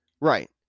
Right